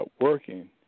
working